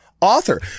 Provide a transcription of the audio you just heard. author